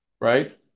Right